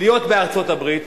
להיות בארצות-הברית,